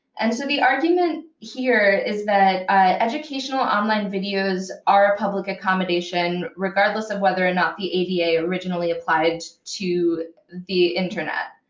and so the argument here is that educational online videos are a public accommodation, regardless of whether or not the ada originally applied to the internet.